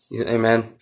Amen